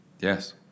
Yes